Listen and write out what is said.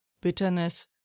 bitterness